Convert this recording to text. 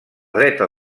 dreta